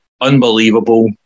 unbelievable